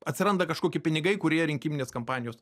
atsiranda kažkoki pinigai kurie rinkiminės kampanijos